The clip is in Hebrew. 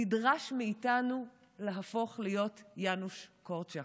נדרש מאיתנו להפוך להיות יאנוש קורצ'אק.